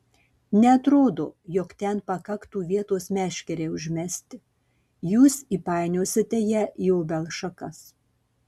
neatrodo jog ten pakaktų vietos meškerei užmesti jūs įpainiosite ją į obels šakas